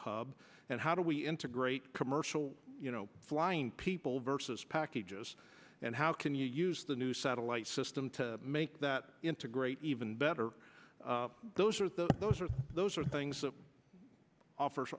hub and how do we integrate commercial you know flying people versus packages and how can you use the new satellite system to make that integrate even better those are the those are those are things that offer